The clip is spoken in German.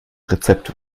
rezept